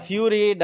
Fury